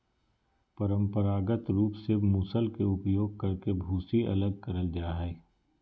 परंपरागत रूप से मूसल के उपयोग करके भूसी अलग करल जा हई,